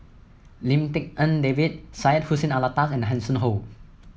Lim Tik En David Syed Hussein Alata and Hanson Ho